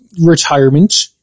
retirement